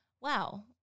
wow